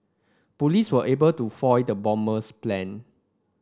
police were able to foil the bomber's plan